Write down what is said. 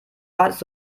wartest